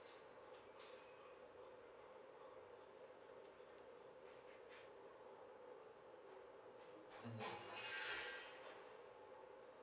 mm